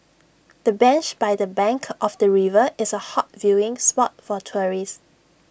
the bench by the bank of the river is A hot viewing spot for tourists